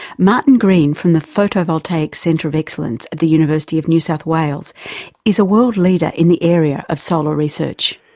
martin green, from the photovoltaic centre of excellence at the university of new south wales is a world leader in the area of solar research.